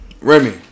Remy